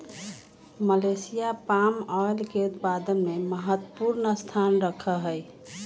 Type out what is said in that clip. Malaysia palm oil के उत्पादन में महत्वपूर्ण स्थान रखा हई